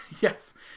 yes